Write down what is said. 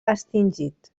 extingit